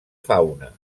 fauna